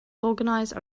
organize